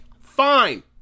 Fine